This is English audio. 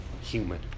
human